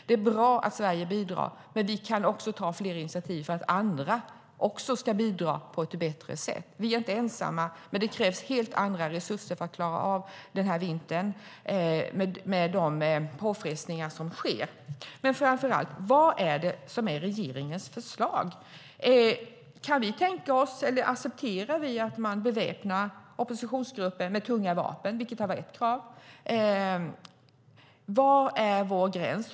Det är bra att Sverige bidrar, men vi kan också ta fler initiativ för att också andra ska bidra på ett bättre sätt. Vi är inte ensamma, men det krävs helt andra resurser för att klara av denna vinter med de påfrestningar som sker. Framför allt: Vad är det som är regeringens förslag? Kan vi tänka oss, eller accepterar vi, att man beväpnar oppositionsgrupper med tunga vapen, vilket har varit ett krav? Var går vår gräns?